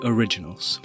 Originals